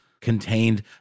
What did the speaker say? contained